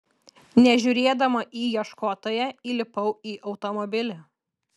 nežiūrėdama į ieškotoją įlipau į automobilį